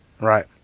Right